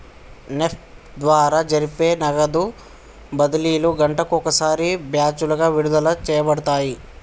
NEFT ద్వారా జరిపే నగదు బదిలీలు గంటకు ఒకసారి బ్యాచులుగా విడుదల చేయబడతాయి